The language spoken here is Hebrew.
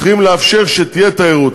צריכים לאפשר שתהיה תיירות.